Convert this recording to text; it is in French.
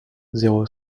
zéro